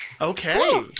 Okay